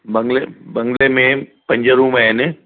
बंगले बंगले में पंज रूम आहिनि